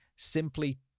Simply